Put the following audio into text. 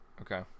okay